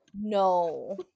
No